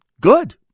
good